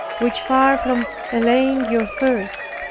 which far from allaying your thirst,